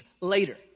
later